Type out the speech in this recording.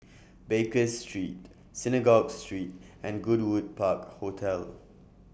Baker Street Synagogue Street and Goodwood Park Hotel